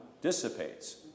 dissipates